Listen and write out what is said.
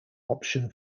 option